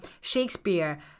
Shakespeare